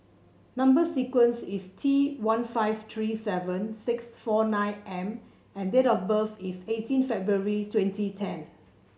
number sequence is T one five three seven six four nine M and date of birth is eighteen February twenty ten